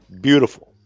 Beautiful